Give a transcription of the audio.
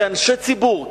כאנשי ציבור,